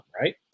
right